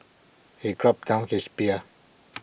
he gulped down his beer